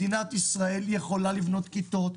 מדינת ישראל יכולה לבנות כיתות,